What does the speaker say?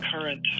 current